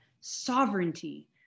sovereignty